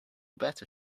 better